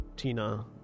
Tina